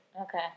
Okay